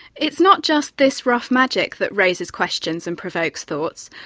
it's not just this rough magic that raises questions and provokes thoughts,